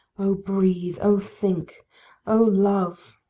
oh breathe, oh think o love,